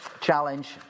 challenge